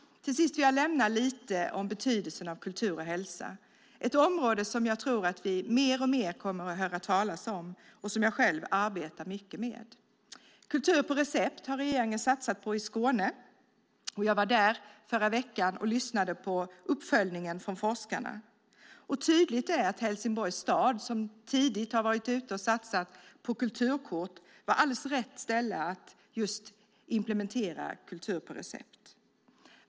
Till sist vill jag nämna lite om betydelsen av kultur och hälsa. Det är ett område som jag tror att vi mer och mer kommer att höra talas om och som jag själv arbetar mycket med. Kultur på recept har regeringen satsat på i Skåne. Jag var där i förra veckan och lyssnade på forskarnas uppföljning. Tydligt är att Helsingborgs stad, som tidigt har varit ute och satsat på kulturkort var alldeles rätt ställe att implementera kultur på recept.